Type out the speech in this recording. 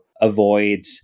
avoid